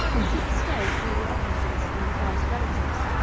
as he bestowed all the offices on his wife's relatives,